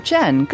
Jen